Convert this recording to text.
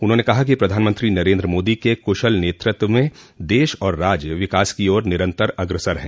उन्होंने कहा कि प्रधानमंत्री नरेन्द्र मोदी के कुशल नेतत्व में देश और राज्य विकास की ओर निरंतर अग्रसर हैं